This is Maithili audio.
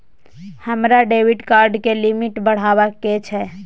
हमरा डेबिट कार्ड के लिमिट बढावा के छै